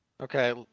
Okay